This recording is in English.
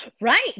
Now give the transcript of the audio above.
right